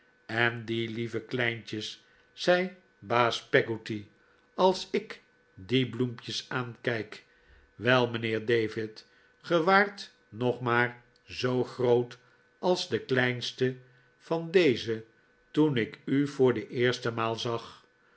en die lieve kleintjes zei baas peggotty als ik die bloempjes aankijk wei mijnheer david ge waart nog maar zoo groot als de'kleinste van deze toen ik u voor de eerste maal zag